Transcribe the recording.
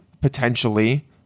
potentially